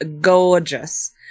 gorgeous